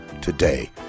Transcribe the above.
today